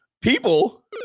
people